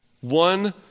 One